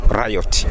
riot